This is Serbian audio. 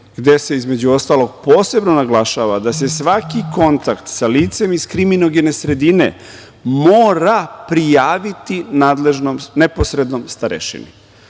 gde se, između ostalog, posebno naglašava da se svaki kontakt sa licem iz kriminogene sredine mora prijaviti neposrednom starešini. Kao